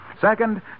Second